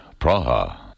Praha